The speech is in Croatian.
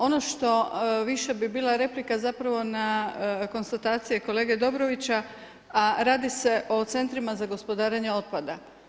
Ono što više bi bila replika, zapravo na konstatacije kolege Dobrovića, a radi se o centrima za gospodarenje otpada.